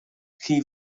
chi